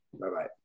Bye-bye